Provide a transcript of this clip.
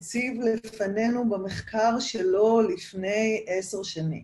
נשים לפנינו במחקר שלו לפני עשר שנים.